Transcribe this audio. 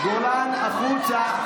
גולן, החוצה.